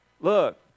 Look